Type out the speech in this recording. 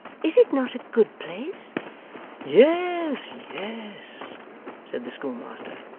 is it not a good place yes, yes said the schoolmaster.